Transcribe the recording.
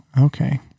Okay